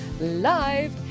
live